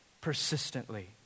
persistently